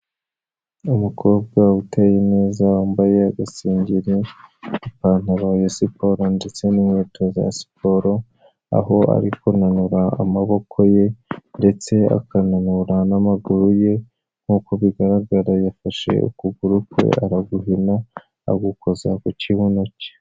Umukobwa uteye neza wambaye agasengeri, ipantaro ya siporo ndetse n'inkweto za siporo, aho ari kunanura amaboko ye ndetse akananura n'amaguru ye nk'uko bigaragara yafashe ukuguru kwe araguhina agukoza ku kibuno cye.